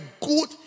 good